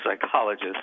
psychologist